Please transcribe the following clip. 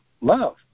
love